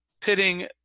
pitting